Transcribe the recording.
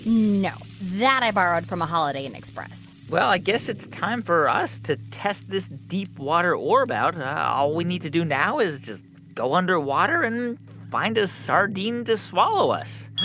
no. that i borrowed from a holiday inn and express well, i guess it's time for us to test this deep water orb out. all we need to do now is just go underwater and find a sardine to swallow us